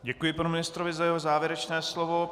Děkuji panu ministrovi za jeho závěrečné slovo.